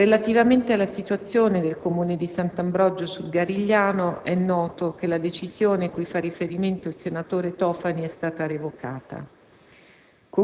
Relativamente alla situazione del Comune di Sant'Ambrogio sul Garigliano, è noto che la decisione cui fa riferimento il senatore Tofani è stata revocata.